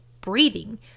breathing